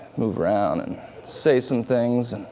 move around and say some things.